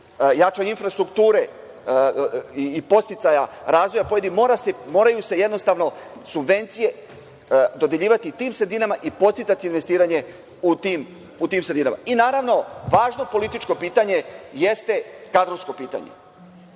jačanja infrastrukture i podsticaja razvoja, moraju se jednostavno subvencije dodeljivati tim sredinama i podsticati investiranje u tim sredinama. Naravno, važno političko pitanje jeste kadrovsko pitanje.